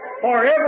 Forever